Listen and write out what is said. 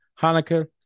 Hanukkah